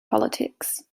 politics